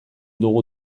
dugu